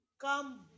come